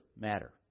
matter